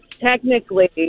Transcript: Technically